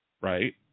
Right